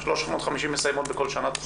350 מסיימות בכל שנה תכנית?